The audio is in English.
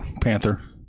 Panther